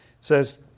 Says